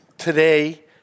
today